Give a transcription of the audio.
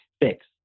fix